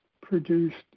produced